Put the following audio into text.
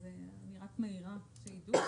אני רק מעירה שיידעו,